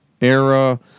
era